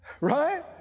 Right